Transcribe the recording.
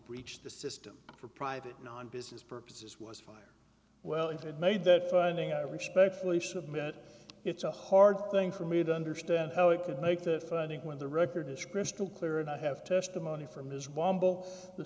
breached the system for private non business purposes was fine well if it made that finding i respectfully submit it's a hard thing for me to understand how it could make that finding when the record is crystal clear and i have testimony from his